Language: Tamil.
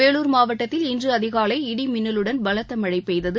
வேலூர் மாவட்டத்தில் இன்று அதிகாலை இடி மின்னலுடன் பலத்த மழை பெய்தது